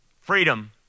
Freedom